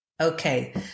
Okay